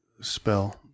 spell